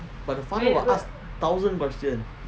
but the father will ask thousand question